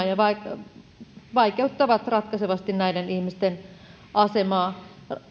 ja vaikeuttavat ratkaisevasti näiden ihmisten asemaa